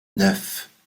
neuf